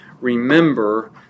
remember